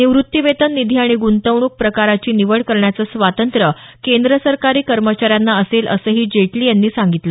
निव्त्तीवेतन निधी आणि गुंतवणूक प्रकाराची निवड करण्याचं स्वातंत्र्य केंद्र सरकारी कर्मचाऱ्यांना असेल असंही जेटली यांनी सांगितलं